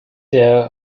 der